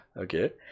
Okay